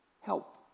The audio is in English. help